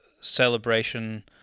celebration